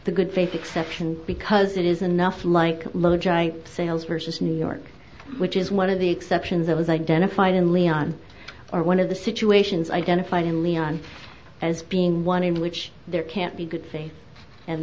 the good faith exception because it is enough like low g i sales versus new york which is one of the exceptions that was identified in leon or one of the situations identified in leon as being one in which there can't be good faith and